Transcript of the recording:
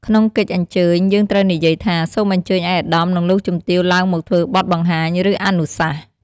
ក្នុងកិច្ចអញ្ជើញ យើងត្រូវនិយាយថា សូមអញ្ជើញឯកឧត្តម និងលោកជំទាវឡើងមកធ្វើបទបង្ហាញ ឬអនុសាសន៍។